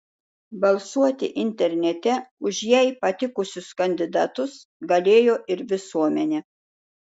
balsuoti internete už jai patikusius kandidatus galėjo ir visuomenė